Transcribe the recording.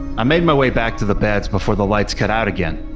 i made my way back to the beds before the lights get out again,